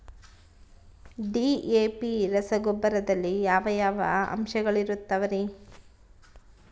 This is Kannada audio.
ಡಿ.ಎ.ಪಿ ರಸಗೊಬ್ಬರದಲ್ಲಿ ಯಾವ ಯಾವ ಅಂಶಗಳಿರುತ್ತವರಿ?